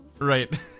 Right